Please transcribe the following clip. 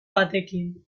batekin